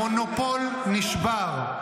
-- המונופול נשבר,